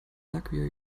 luckier